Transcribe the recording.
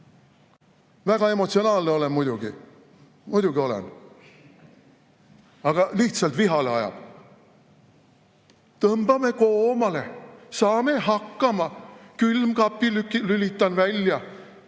lugu! Väga emotsionaalne olen muidugi. Muidugi olen! Aga lihtsalt vihale ajab. "Tõmbame koomale, saame hakkama. Külmkapi lülitan välja,